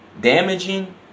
damaging